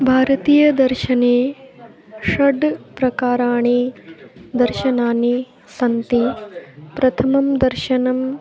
भारतीयदर्शने षड् प्रकाराणि दर्शनानि सन्ति प्रथमं दर्शनम्